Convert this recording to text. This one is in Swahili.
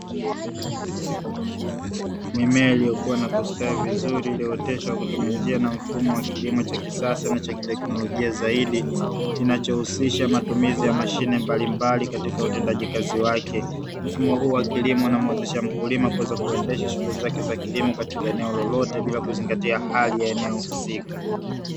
Mimea iliyokua na kustawi vizuri iliyooteshwa kwa kutumia njia na mfumo wa kilimo cha kisasa na cha kiteknlojia zaidi, kinachohusisha matumizi ya mashine mbalimbali katika utendaji kazi wake. Mfumo huu wa kilimo unamuwezesha mkulima kuweza kuendesha shughuli zake za kilimo katika eneo lolote bila kuzingatia hali ya eneo husika.